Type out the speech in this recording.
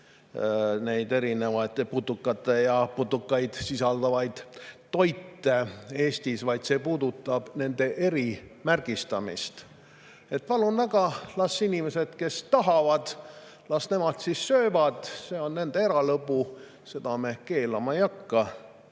Eestis erinevaid putuka- ja putukaid sisaldavaid toite, vaid see puudutab nende erimärgistamist. Palun väga, las inimesed, kes tahavad, söövad. See on nende eralõbu, seda me keelama ei hakka.